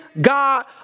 God